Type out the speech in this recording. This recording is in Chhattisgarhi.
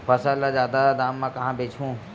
फसल ल जादा दाम म कहां बेचहु?